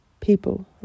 People